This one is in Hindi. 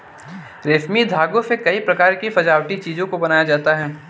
रेशमी धागों से कई प्रकार के सजावटी चीजों को बनाया जाता है